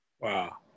Wow